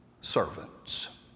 servants